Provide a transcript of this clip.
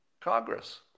Congress